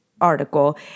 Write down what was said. article